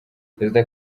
perezida